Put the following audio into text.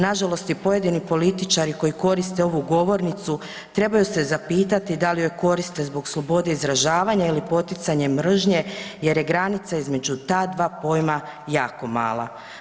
Na žalost i pojedini političari koji koriste ovu govornicu trebaju se zapitati da li je koriste zbog slobode izražavanja ili poticanje mržnje, jer je granica između ta dva pojma jako mala.